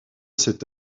cette